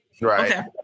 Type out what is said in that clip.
Right